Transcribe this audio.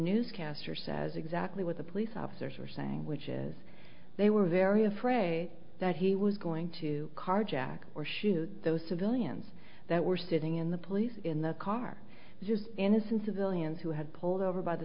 newscaster says exactly what the police officers are saying which is they were very afraid that he was going to carjack or shoot those civilians that were sitting in the police in the car just innocent civilians who had pulled over by the